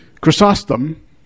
Chrysostom